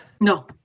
No